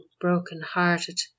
broken-hearted